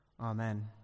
Amen